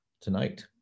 tonight